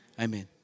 Amen